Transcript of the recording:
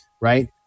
right